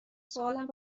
سوالم